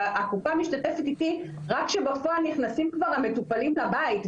והקופה משתתפת איתי רק כשבפועל נכנסים כבר המטופלים לבית.